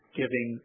giving